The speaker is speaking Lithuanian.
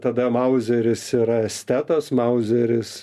tada mauzeris yra estetas mauzeris